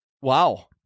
Wow